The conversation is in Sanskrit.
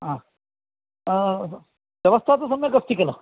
हा व्यवस्था तु सम्यक् अस्ति किल